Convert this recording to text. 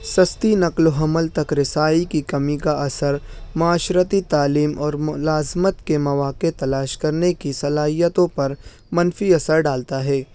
سستی نقل و حمل تک رسائی کی کمی کا اثر معاشرتی تعلیم اور ملازمت کے مواقع تلاش کرنے کی صلاحیتوں پر منفی اثر ڈالتا ہے